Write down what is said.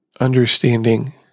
understanding